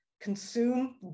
consume